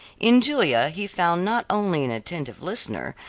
in julia he found not only an attentive listener,